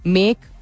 make